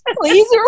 please